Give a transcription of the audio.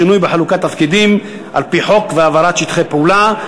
שינוי בחלוקת התפקידים על-פי חוק והעברת שטחי פעולה.